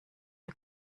der